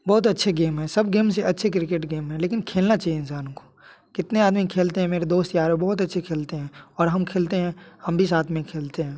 बहुत अच्छा गेम है सब गेम से अच्छा क्रिकेट गेम है लेकिन खेलना चाहिए इंसान को कितने आदमी खेलते हैं मेरे दोस्त यार वो बहुत अच्छे खेलते हैं और हम खेलते हैं हम भी साथ में खेलते हैं